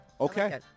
Okay